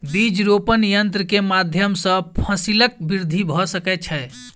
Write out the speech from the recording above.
बीज रोपण यन्त्र के माध्यम सॅ फसीलक वृद्धि भ सकै छै